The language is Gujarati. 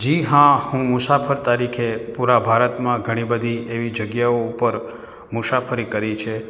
જી હા હું મુસાફર તરીકે પુરા ભારતમાં ઘણી બધી એવી જગ્યાઓ ઉપર મુસાફરી કરી છે